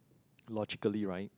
logically right